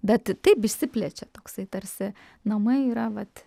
bet taip išsiplečia toksai tarsi namai yra vat